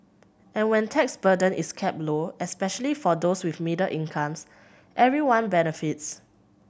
and when tax burden is kept low especially for those with middle incomes everyone benefits